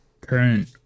current